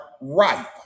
ripe